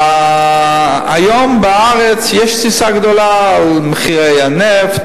היום יש בארץ תסיסה גדולה על מחירי הנפט,